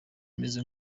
meze